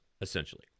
essentially